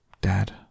Dad